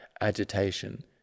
agitation